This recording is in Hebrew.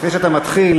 לפני שאתה מתחיל,